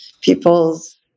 People's